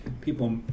people